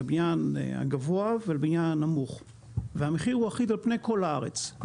לבניין הגבוה ולבניין הנמוך והמחיר הוא אחיד לכל הארץ.